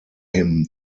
him